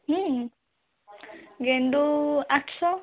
ହୁଁ ଗେଣ୍ଡୁ ଆଠଶହ